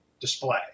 display